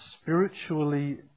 spiritually